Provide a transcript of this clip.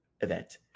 event